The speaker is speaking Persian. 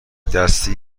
دستی